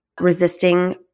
resisting